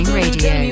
radio